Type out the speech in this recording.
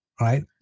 right